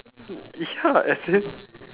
ya as in